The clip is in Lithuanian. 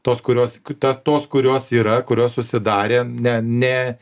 tos kurios ta tos kurios yra kurios susidarė ne ne